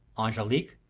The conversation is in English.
angelique,